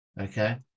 Okay